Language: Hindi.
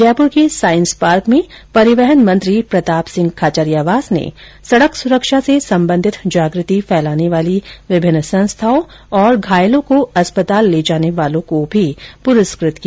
जयपुर के साइंस पार्क में परिवहन मंत्री प्रताप सिंह खाचरियावास ने सड़क सुरक्षा से संबंधित जागृति फैलाने वाली विभिन्न संस्थाओं और घायलों को अस्पताल ले जाने वालों को भी पुरस्कृत किया